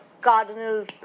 cardinal